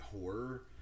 horror